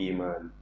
Iman